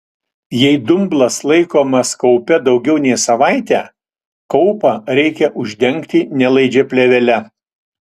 jei dumblas laikomas kaupe daugiau nei savaitę kaupą reikia uždengti nelaidžia plėvele